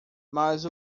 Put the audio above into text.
mas